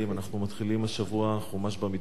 אנחנו מתחילים השבוע חומש במדבר,